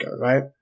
right